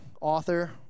author